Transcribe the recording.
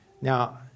Now